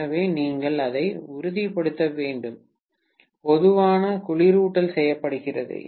எனவே நீங்கள் அதை உறுதிப்படுத்த வேண்டும் போதுமான குளிரூட்டல் செய்யப்படுகிறது